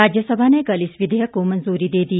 राज्यसभा ने कल इस विधेयक को मंजूरी दे दी